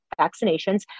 vaccinations